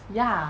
ya